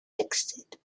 existed